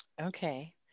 Okay